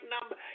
number